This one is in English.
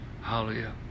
Hallelujah